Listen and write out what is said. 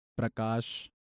Prakash